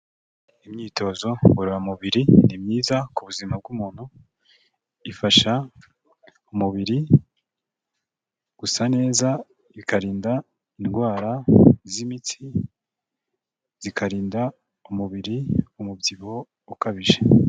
Imyitozo ngororamubiri ni myiza ku buzima bw'umuntu, ifasha umubiri gusa neza, bikarinda indwara z'imitsi, zikarinda umubiri umubyibuho ukabije.